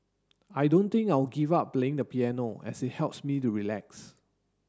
I don't think I will give up playing the piano as it helps me to relax